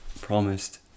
promised